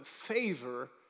favor